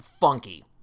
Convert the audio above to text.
funky